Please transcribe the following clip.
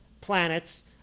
planets